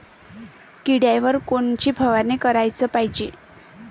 किड्याइवर कोनची फवारनी कराच पायजे?